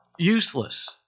Useless